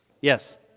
Yes